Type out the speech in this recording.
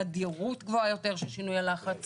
תדירות גבוהה של שינוי הלחץ